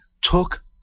took